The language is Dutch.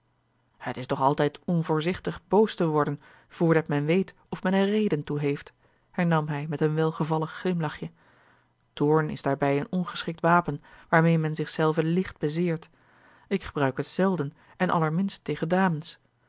het is toch altijd onvoorzichtig boos te worden voordat men weet of men er reden toe heeft hernam hij met een welgevallig glimlachje toorn is daarbij een ongeschikt wapen waarmeê men zich zelven licht bezeert ik gebruik het zelden en allerminst tegen dames